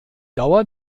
dauer